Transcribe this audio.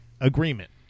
agreement